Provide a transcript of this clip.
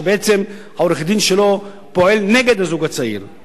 כשבעצם העורך-דין שלו פועל נגד הזוג הצעיר,